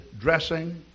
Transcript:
dressing